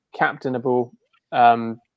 captainable